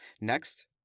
Next